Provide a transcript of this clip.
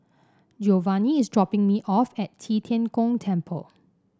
Giovanny is dropping me off at Qi Tian Gong Temple